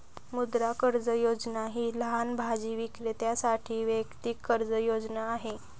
मुद्रा कर्ज योजना ही लहान भाजी विक्रेत्यांसाठी वैयक्तिक कर्ज योजना आहे